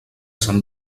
sant